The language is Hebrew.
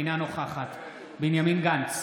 אינה נוכחת בנימין גנץ,